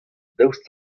daoust